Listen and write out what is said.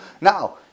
Now